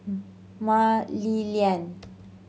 Mah Li Lian